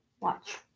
watch